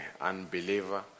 unbeliever